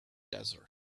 desert